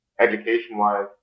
education-wise